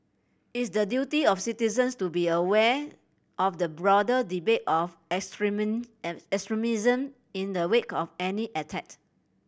it's the duty of citizens to be aware of the broader debate of extremism in the wake of any attack